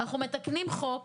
אנחנו מתקנים חוק,